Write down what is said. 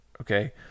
Okay